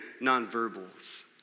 nonverbals